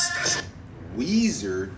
Weezer